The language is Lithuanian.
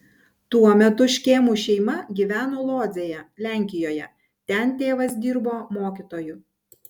tuo metu škėmų šeima gyveno lodzėje lenkijoje ten tėvas dirbo mokytoju